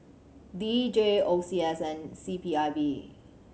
D J O C S and C P I B